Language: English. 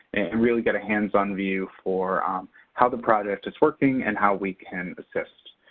and really get a hands-on view for how the product is working and how we can assist.